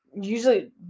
usually